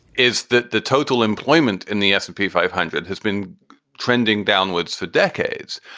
is that the total employment in the s and p five hundred has been trending downwards for decades.